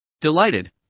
Delighted